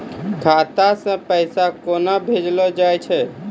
खाता से पैसा केना भेजलो जाय छै?